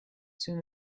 soon